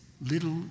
little